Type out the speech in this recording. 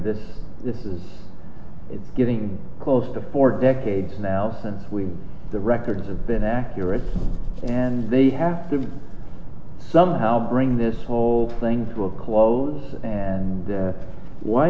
this this is it's getting close to four decades now since we the records have been accurate and they have to somehow bring this whole things will close and